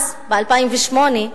אז ב-2008,